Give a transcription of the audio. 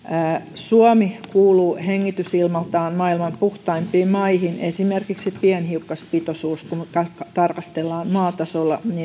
suomi kuuluu hengitysilmaltaan maailman puhtaimpiin maihin esimerkiksi pienhiukkaspitoisuus kun tarkastellaan maatasolla